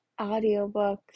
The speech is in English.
audiobooks